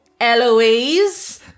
Eloise